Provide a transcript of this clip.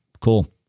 cool